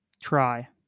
try